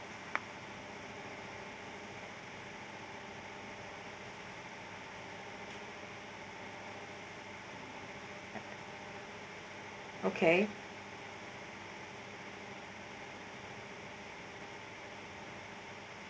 okay